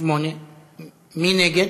מי נגד?